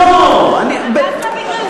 דווקא בגלל זה.